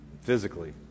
physically